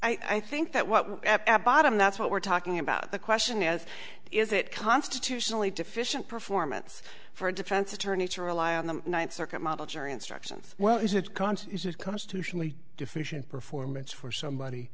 issue i think that what a bottom that's what we're talking about the question is is it constitutionally deficient performance for a defense attorney to rely on the ninth circuit model jury instructions well is it conscious is constitutionally deficient performance for somebody